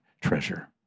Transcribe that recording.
treasure